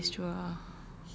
ya that's true ah